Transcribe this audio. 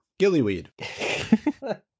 Gillyweed